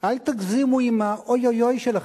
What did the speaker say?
אל תגזימו עם האוי-אוי-אוי שלכם.